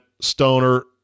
stoner